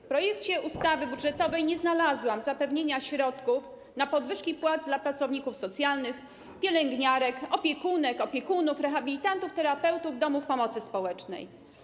W projekcie ustawy budżetowej nie znalazłam zapewnienia środków na podwyżki płac dla pracowników socjalnych, pielęgniarek, opiekunek, opiekunów, rehabilitantów, terapeutów w domach pomocy społecznej.